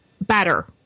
better